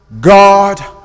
God